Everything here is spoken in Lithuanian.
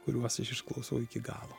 kuriuos aš išklausau iki galo